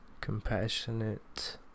compassionate